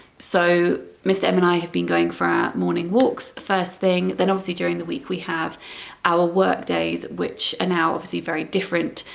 so mr. m and i have been going for our morning walks first thing then obviously during the week we have our work days which are and now obviously very different,